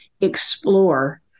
explore